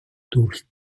durch